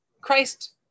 Christ